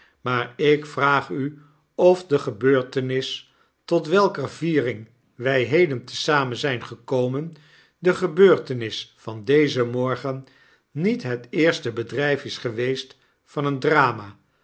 maar ik vraag u of degebeurtenis tot welker viering wy heden te zamenzyn gekomen de gebeurtenis van dezen morgen niet het eerste bedryf is geweest van een drama